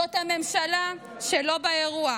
זאת הממשלה שלא באירוע,